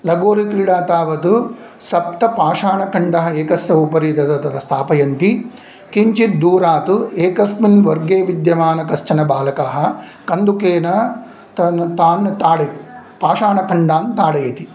लगोरिक्रीडा तावत् सप्तपाशाणखण्डः एकस्य उपरि तत्र तत्र स्थापयन्ति किञ्चिद्दूरात् एकस्मिन् वर्गे विद्यमानः कश्चनबालकः कन्दुकेन तान् पान् पाषाणखण्डान् ताडयति